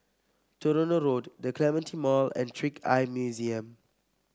Tronoh Road The Clementi Mall and Trick Eye Museum